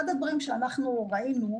אחד הדברים שאנחנו ראינו,